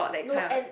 no end